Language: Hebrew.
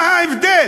מה ההבדל?